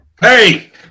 Hey